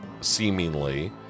seemingly